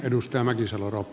arvoisa puhemies